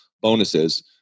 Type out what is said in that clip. bonuses